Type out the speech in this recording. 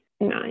nine